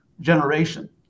generation